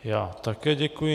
Já také děkuji.